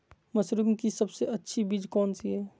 Mushroom की सबसे अच्छी बीज कौन सी है?